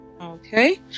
Okay